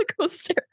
coaster